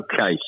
Okay